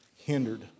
hindered